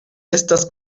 estas